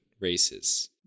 races